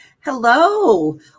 hello